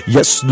Yes